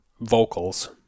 vocals